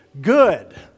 good